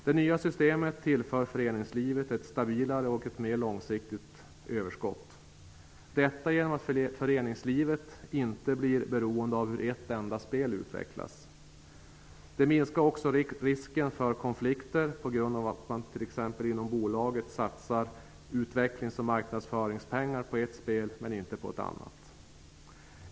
Det nya systemet tillför föreningslivet ett stabilare och ett mer långsiktigt överskott, detta genom att föreningslivet inte blir beroende av hur ett enda spel utvecklas. Det minskar också risken för konflikter på grund av att man t.ex. inom bolaget satsar utvecklings och marknadsföringspengar på ett spel men inte på ett annat.